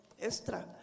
extra